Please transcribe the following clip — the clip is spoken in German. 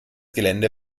gelände